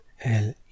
El